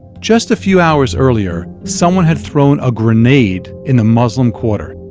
just a few hours earlier, someone had thrown a grenade in the muslim quarter.